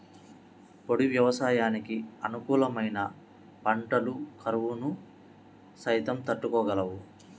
పొడి వ్యవసాయానికి అనుకూలమైన పంటలు కరువును సైతం తట్టుకోగలవు